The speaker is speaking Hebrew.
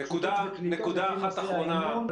נקודה אחת אחרונה.